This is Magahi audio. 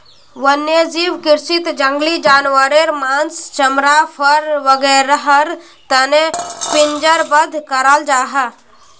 वन्यजीव कृषीत जंगली जानवारेर माँस, चमड़ा, फर वागैरहर तने पिंजरबद्ध कराल जाहा